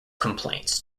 complaints